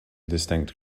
distinct